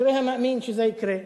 אשרי המאמין שזה יקרה.